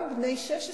גם בני 16,